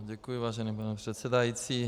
Děkuji, vážený pane předsedající.